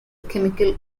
chemical